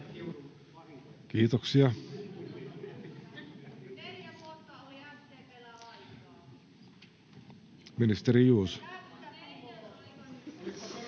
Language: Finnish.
Kiitoksia. — Ministeri Juuso.